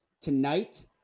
tonight